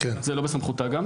זה לא בסמכותה גם,